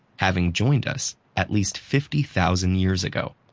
having joined us at least fifty thousand years ago,